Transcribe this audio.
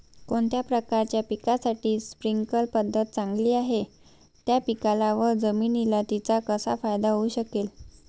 कोणत्या प्रकारच्या पिकासाठी स्प्रिंकल पद्धत चांगली आहे? त्या पिकाला व जमिनीला तिचा कसा फायदा होऊ शकेल?